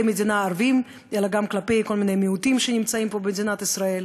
המדינה הערבים אלא גם כלפי כל מיני מיעוטים שנמצאים פה במדינת ישראל,